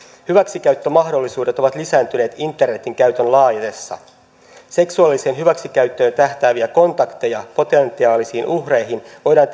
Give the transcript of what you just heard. hyväksikäyttömahdollisuudet ovat lisääntyneet internetin käytön laajetessa seksuaaliseen hyväksikäyttöön tähtääviä kontakteja potentiaalisiin uhreihin voidaan